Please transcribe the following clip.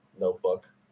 notebook